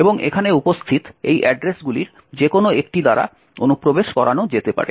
এবং এখানে উপস্থিত এই অ্যাড্রেসগুলির যেকোনো একটি দ্বারা অনুপ্রবেশ করানো যেতে পারে